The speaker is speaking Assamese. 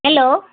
হেল্ল'